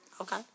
okay